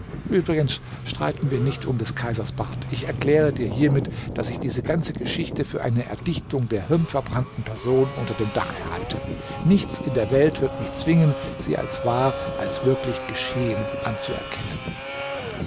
uebrigens streiten wir nicht um des kaisers bart ich erkläre dir hiermit daß ich diese ganze geschichte für eine erdichtung der hirnverbrannten person unter dem dache halte nichts in der welt wird mich zwingen sie als wahr als wirklich geschehen anzuerkennen